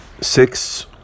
Six